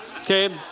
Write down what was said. Okay